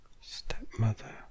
Stepmother